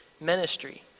ministry